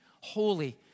holy